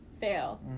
fail